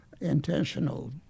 intentional